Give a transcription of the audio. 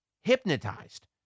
hypnotized